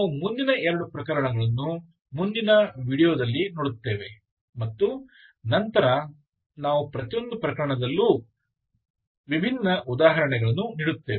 ನಾವು ಮುಂದಿನ ಎರಡು ಪ್ರಕರಣಗಳನ್ನು ಮುಂದಿನ ವೀಡಿಯೋದಲ್ಲಿ ನೋಡುತ್ತೇವೆ ಮತ್ತು ನಂತರ ನಾವು ಪ್ರತಿಯೊಂದು ಪ್ರಕರಣದಲ್ಲೂ ವಿಭಿನ್ನ ಉದಾಹರಣೆಗಳನ್ನು ನೀಡುತ್ತೇವೆ